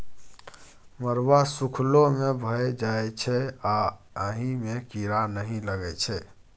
मरुआ सुखलो मे भए जाइ छै आ अहि मे कीरा नहि लगै छै